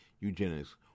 eugenics